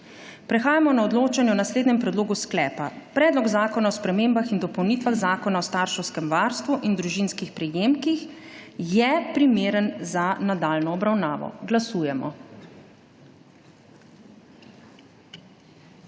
Prehajamo na odločanje o naslednjem predlogu sklepa: Predlog zakona o spremembah in dopolnitvah Zakona o starševskem varstvu in družinskih prejemkih je primeren za nadaljnjo obravnavo. Glasujemo.